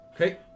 Okay